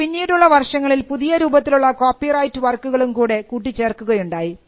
എന്നാൽ പിന്നീടുള്ള വർഷങ്ങളിൽ പുതിയ രൂപത്തിലുള്ള കോപ്പിറൈറ്റ് വർക്കുകളും കൂടെ കൂട്ടിച്ചേർക്കുകയുണ്ടായി